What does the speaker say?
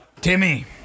Timmy